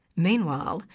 meanwhile,